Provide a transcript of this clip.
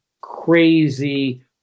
crazy